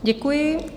Děkuji.